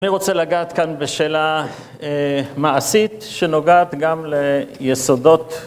מי רוצה לגעת כאן בשאלה מעשית שנוגעת גם ליסודות